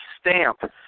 stamp